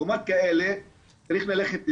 מקומות כאלה צריך ללכת לקראת,